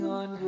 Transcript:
on